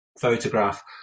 photograph